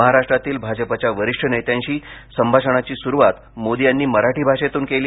महाराष्ट्रातील भाजपच्या वरिष्ठ नेत्यांशी संभाषणाची सुरूवात मोदी यांनी मराठी भाषेतून केली